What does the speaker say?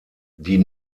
die